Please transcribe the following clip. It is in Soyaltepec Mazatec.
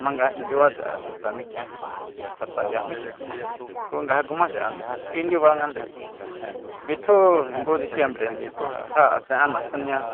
Jmanga jindiba tse'e xuta mi'kien xixi kjua xa'ya m'í xi'a ku nga ja kumá xi'ande ja s'ui ndibanngande ayi kuitju ngu diciembrende ku ja ja asen'e natjunia